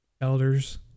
Elders